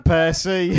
Percy